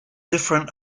different